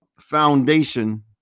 Foundation